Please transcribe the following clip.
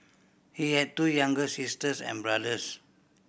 he had two younger sisters and brothers